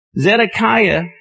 Zedekiah